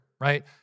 right